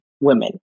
women